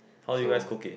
how do you guys cook it